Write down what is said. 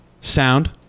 sound